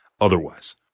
otherwise